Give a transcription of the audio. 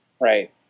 right